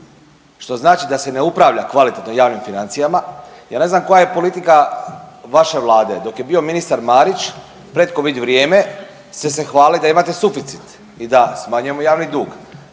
što znači da se ne upravlja kvalitetno javnim financijama. Ja ne znam koja je politika vaše Vlade? Dok je bio ministar Marić … /ne razumije se/ … ste se hvalili da imate suficit i da smanjujemo javni dug.